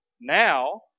Now